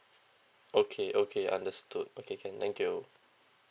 okay okay understood okay can thank you